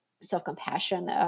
self-compassion